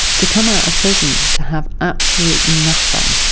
to come out of prison, to have absolutely nothing,